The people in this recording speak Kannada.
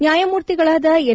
ನ್ನಾಯಮೂರ್ತಿಗಳಾದ ಎನ್